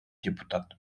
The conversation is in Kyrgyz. депутат